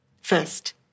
first